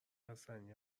بستنی